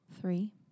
Three